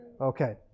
Okay